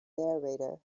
narrator